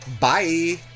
Bye